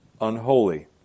unholy